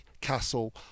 castle